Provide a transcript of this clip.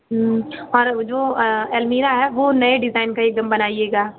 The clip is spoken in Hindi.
और जो अलमीरा है वह नए डिजाइन का एकदम बनाइएगा